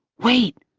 wait,